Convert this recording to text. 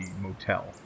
motel